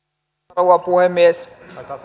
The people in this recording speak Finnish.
rouva puhemies